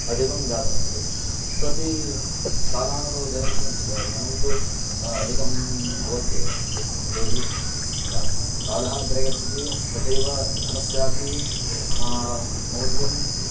अधिकं जातमस्ति तदपि कालानुरोधेन ज धनं तु अधिकं भवत्येव यतोहि यदा कालः अग्रे गच्छति तथैव धनस्यापि मौल्यम्